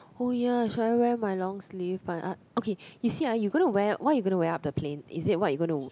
oh ya should I wear my long sleeve but okay you see ah you gonna wear what you gonna wear up the plane is it what you gonna